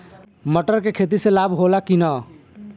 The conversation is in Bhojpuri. मटर के खेती से लाभ होला कि न?